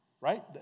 right